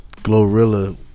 Glorilla